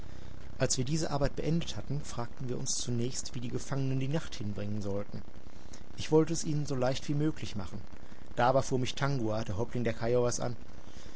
als wir diese arbeit beendet hatten fragten wir uns zunächst wie die gefangenen die nacht hinbringen sollten ich wollte es ihnen so leicht wie möglich machen da aber fuhr mich tangua der häuptling der kiowas an